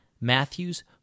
Matthews